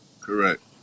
Correct